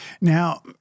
Now